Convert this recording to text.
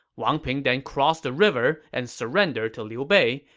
wang ping then crossed the river and surrendered to liu bei,